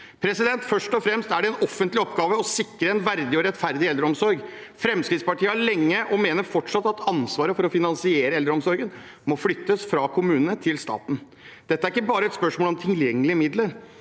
budsjetter. Først og fremst er det en offentlig oppgave å sikre en verdig og rettferdig eldreomsorg. Fremskrittspartiet har lenge ment og mener fortsatt at ansvaret for å finansiere eldreomsorgen må flyttes fra kommunene til staten. Dette er ikke bare et spørsmål om tilgjengelige midler,